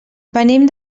venim